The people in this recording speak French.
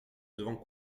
devant